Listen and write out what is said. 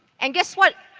and guess what?